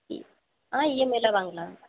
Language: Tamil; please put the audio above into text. இ ஆ இஎம்ஐயில வாங்கலாம்